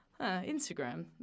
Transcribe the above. Instagram